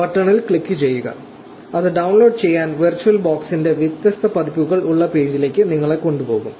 ബട്ടണിൽ ക്ലിക്കുചെയ്യുക അത് ഡൌൺലോഡ് ചെയ്യാൻ വെർച്വൽ ബോക്സിന്റെ വ്യത്യസ്ത പതിപ്പുകൾ ഉള്ള പേജിലേക്ക് നിങ്ങളെ കൊണ്ടുപോകും